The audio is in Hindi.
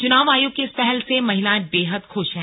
चुनाव आयोग की इस पहल से महिलाएं बेहद खुश हैं